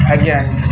ଆଜ୍ଞା